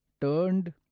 turned